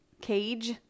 cage